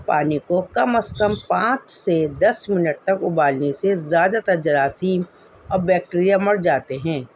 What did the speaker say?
پانی کو کم از کم پانچ سے دس منٹ تک ابالنے سے زیادہ تر جراثیم اور بیکٹیریا مر جاتے ہیں